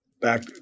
back